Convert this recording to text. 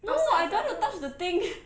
no I don't want to touch the thing